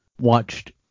watched